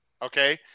Okay